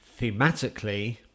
Thematically